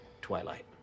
Twilight